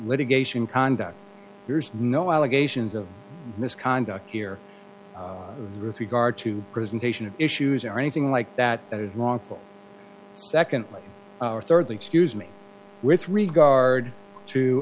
litigation conduct there's no allegations of misconduct here regard to presentation of issues or anything like that long for second or third the excuse me with regard to